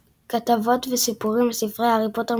כתבות וסיפורים על ספרי הארי פוטר,